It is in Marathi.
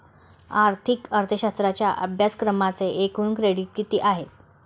आर्थिक अर्थशास्त्राच्या अभ्यासक्रमाचे एकूण क्रेडिट किती आहेत?